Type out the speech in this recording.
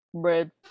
Bread